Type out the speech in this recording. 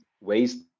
ways